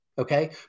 Okay